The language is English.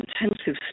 intensive